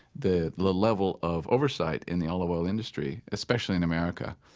the the level of oversight in the olive oil industry especially in america,